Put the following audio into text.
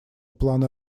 плана